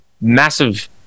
massive